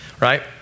right